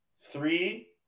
three